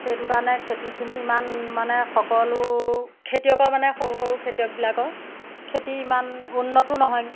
সেইটো কাৰণে খেতিখিনি ইমান মানে সকলো খেতিয়কৰ মানে সৰু সৰু খেতিয়কবিলাকৰ খেতি ইমান উন্নতো নহয়গৈ